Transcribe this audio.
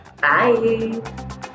Bye